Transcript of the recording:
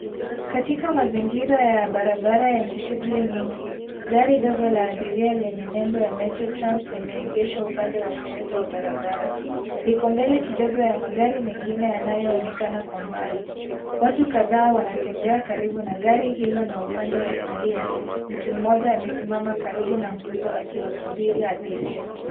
Katika mazingira ya barabara yenye shughuli nyingi gari dogo la abiria lenye nembo ya Metro Trans limeegeshwa upande wa kushoto wa barabara. Liko mbele kidogo ya magari mengine yanayoonekana kwa mbali. Watu kadhaa wanatembea karibu na gari hilo na upande wa kulia mtu mmoja amesimama karibu na nguzo akiwasubiri abiria.